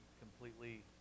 completely